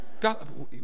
God